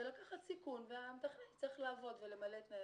זה לקחת סיכון והמתכנן צריך לעבוד ולמלא את תנאי